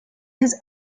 his